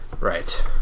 right